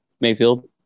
Mayfield